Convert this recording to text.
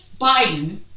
Biden